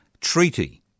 treaty